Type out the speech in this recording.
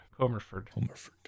Comerford